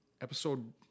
episode